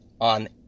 on